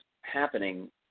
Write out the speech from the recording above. happening